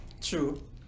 True